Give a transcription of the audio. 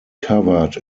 covered